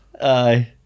aye